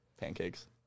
Pancakes